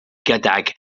gydag